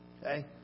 Okay